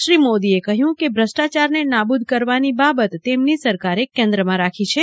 શ્રી મોદીએ કહ્યું કે ભ્રષ્ટાચારને નાબદૂ કરવાની બાબત તેમની સરકારે કેન્દ્રમાં રાખી છે